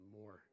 more